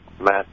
Matt